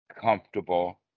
comfortable